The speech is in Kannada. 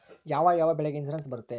ಯಾವ ಯಾವ ಬೆಳೆಗೆ ಇನ್ಸುರೆನ್ಸ್ ಬರುತ್ತೆ?